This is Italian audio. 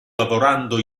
lavorando